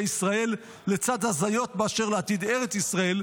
ישראל לצד הזיות באשר לעתיד ארץ ישראל,